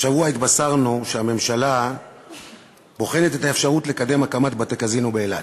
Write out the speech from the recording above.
השבוע התבשרנו שהממשלה בוחנת את האפשרות לקדם הקמת בתי-קזינו באילת.